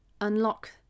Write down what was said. unlock